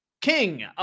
King